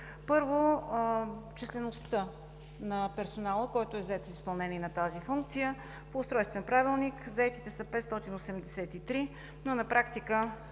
Първо, числеността на персонала, който е зает с изпълнение на тази функция. По устройствен правилник заетите са 583, но на практика